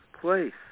place